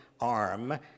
arm